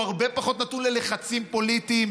והוא הרבה פחות נתון ללחצים פוליטיים.